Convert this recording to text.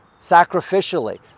sacrificially